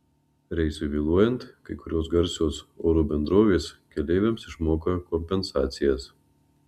reisui vėluojant kai kurios garsios oro bendrovės keleiviams išmoka kompensacijas